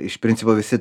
iš principo visi